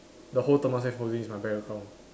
the whole Temasek holdings is my bank account